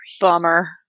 Bummer